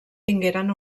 tingueren